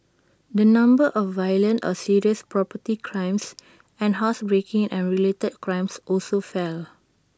the number of violent or serious property crimes and housebreaking and related crimes also fell